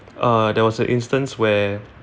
uh there was an instance where